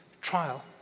trial